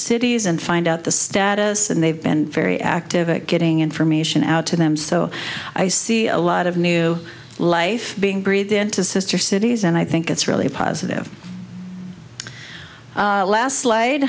cities and find out the status and they've been very active in getting information out to them so i see a lot of new life being breathed into sister cities and i think it's really a positive last laid